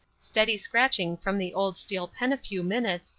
steady scratching from the old steel pen a few minutes,